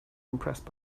impressed